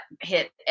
hit